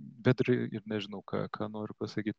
bet ir ir nežinau ką ką noriu pasakyt